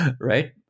right